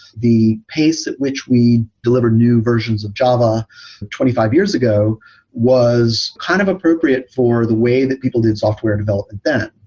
the pace at which we deliver new versions of java twenty five years ago was kind of appropriate for the way that people did software development then.